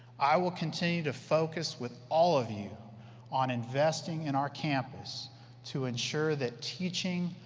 i will continue to focus with all of you on investing in our campus to ensure that teaching,